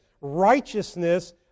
righteousness